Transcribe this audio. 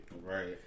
Right